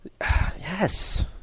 Yes